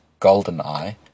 GoldenEye